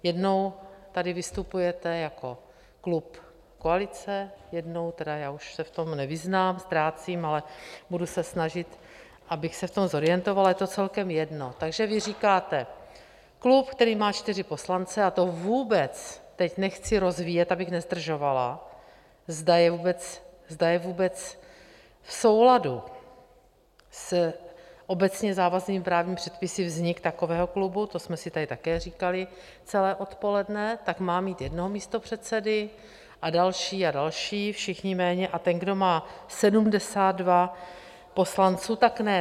Jednou tady vystupujete jako klub koalice, jednou tedy já už se v tom nevyznám, ztrácím, ale budu se snažit, abych se v tom zorientovala, je to celkem jedno takže vy říkáte: klub, který má čtyři poslance a to vůbec teď nechci rozvíjet, abych nezdržovala, zda je vůbec v souladu s obecně závaznými právními předpisy vznik takového klubu, to jsme si tady také říkali celé odpoledne tak má mít jednoho místopředsedu, a další a další, všichni méně, a ten, kdo má 72 poslanců, tak ne?